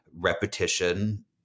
Repetition